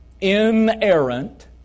inerrant